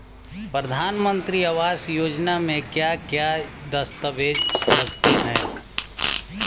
प्रधानमंत्री आवास योजना में क्या क्या दस्तावेज लगते हैं?